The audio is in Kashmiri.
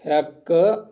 ہیٚکہ